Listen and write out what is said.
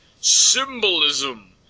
symbolism